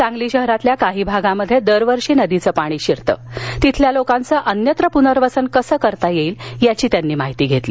सांगली शहरातील काही भागात दरवर्षी नदीचे पाणी शिरते तिथल्या लोकांचं अन्यत्र पुनर्वसन कसं करता येईल याची त्यांनी माहिती घेतली